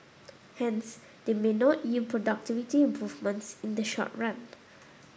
hence they may not yield productivity improvements in the short run